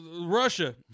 russia